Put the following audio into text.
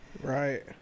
Right